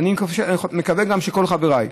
ואני מקווה שגם כל חבריי,